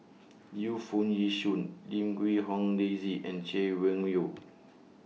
Yu Foo Yee Shoon Lim Quee Hong Daisy and Chay Weng Yew